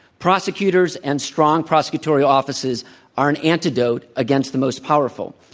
prosecutors and strong prosecutorial offices are an antidote against the most powerful.